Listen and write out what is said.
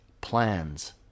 plans